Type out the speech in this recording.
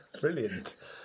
Brilliant